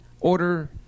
order